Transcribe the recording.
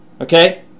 Okay